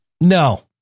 No